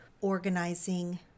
organizing